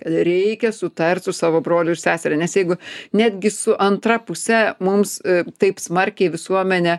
reikia sutart su savo broliu ir seseria nes jeigu netgi su antra puse mums taip smarkiai visuomenė